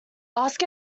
ask